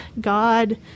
God